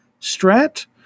strat